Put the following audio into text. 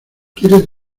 quieres